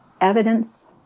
Evidence